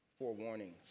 forewarnings